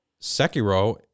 Sekiro